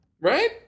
Right